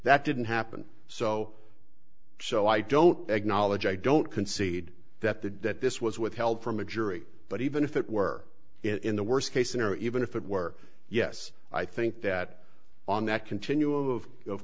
that didn't happen so so i don't acknowledge i don't concede that the that this was withheld from the jury but even if it were in the worst case scenario even if it were yes i think that on that continuum of of